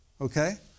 Okay